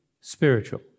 spiritual